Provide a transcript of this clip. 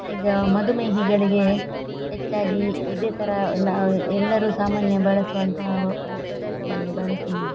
ಈಗ ಮಧುಮೇಹಿಗಳಿಗೆ ಹೆಚ್ಚಾಗಿ ಇದೇ ಥರ ನಾ ಎಲ್ಲರೂ ಸಾಮಾನ್ಯ ಬಳಸುವಂತಹ ಊಟವನ್ನೇ ಬಡಿಸಿ